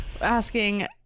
Asking